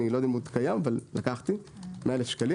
אני לא יודע אם הוא עוד קיים אבל לקחתי 100,000 שקלים,